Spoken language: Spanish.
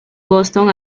boston